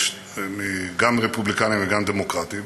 גם רפובליקנים וגם דמוקרטים,